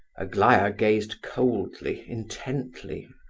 aglaya gazed coldly, intently,